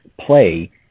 play